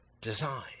design